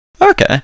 okay